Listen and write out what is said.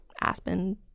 Aspen